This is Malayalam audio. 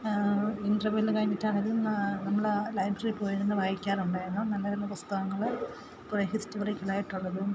ഇൻ്റർവെല്ലു കഴിഞ്ഞിട്ടാണെങ്കിലും നമ്മൾ ആ ലൈബ്രറിയിൽ പോയിരുന്നു വായിക്കാറുണ്ടായിരുന്നു നല്ല നല്ല പുസ്തകങ്ങൾ ഇപ്പോൾ ഹിസ്റ്റോറിക്കലായിട്ടുള്ളതും